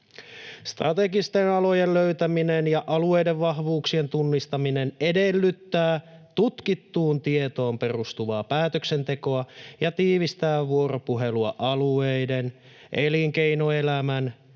Strategisten alojen löytäminen ja alueiden vahvuuksien tunnistaminen edellyttää tutkittuun tietoon perustuvaa päätöksentekoa ja tiivistää vuoropuhelua alueiden, elinkeinoelämän,